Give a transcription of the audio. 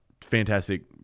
fantastic